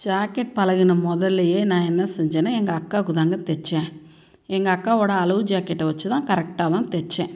jacket பழகுன முதல்லையே நான் என்ன செஞ்சேனா எங்கள் அக்காவுக்குதாங்க தைச்சேன் எங்கள் அக்காவோடய அளவு ஜாக்கெட்டை வச்சு தான் கரெக்டாக தான் தைச்சேன்